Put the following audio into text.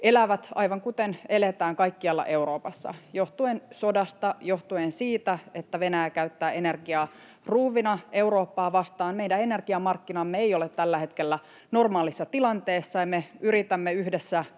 elävät, aivan kuten eletään kaikkialla Euroopassa johtuen sodasta, johtuen siitä, että Venäjä käyttää energiaa ruuvina Eurooppaa vastaan. Meidän energiamarkkinamme ei ole tällä hetkellä normaalissa tilanteessa, ja me kaikki maat yritämme yhdessä